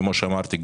כמו שאמרתי,